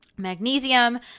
magnesium